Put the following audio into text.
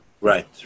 Right